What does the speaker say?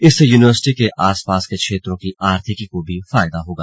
इससे यूनिवर्सिटी के आसपास के क्षेत्रों की आर्थिकी को भी फायदा होगा